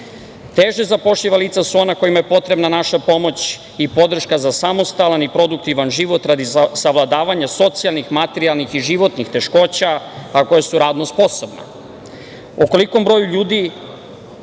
Teže zapošljiva lica su ona kojima je potrebna naša pomoć i podrška za samostalan i produktivan život radi savladavanja socijalnih, materijalnih i životnih teškoća, a koja su radno sposobna.